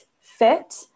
fit